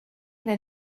that